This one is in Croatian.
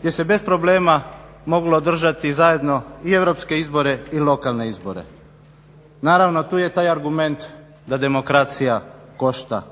gdje se bez problema moglo održati zajedno i europske izbore i lokalne izbore. Naravno tu je taj argument da demokracija košta.